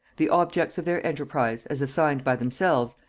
the objects of their enterprise, as assigned by themselves,